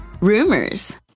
rumors